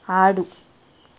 ఆడు